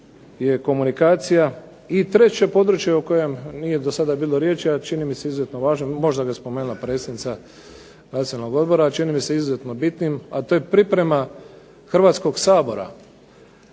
je komunikacija i treće područje o kojem nije do sada bilo riječi, a čini mi se izuzetno važan, možda ga je spomenula predsjednica Nacionalnog odbora, a čini mi se izuzetno bitnim a to je priprema Hrvatskog sabora